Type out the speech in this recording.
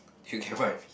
do you get what I mean